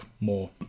more